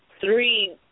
Three